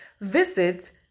visit